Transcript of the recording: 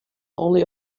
only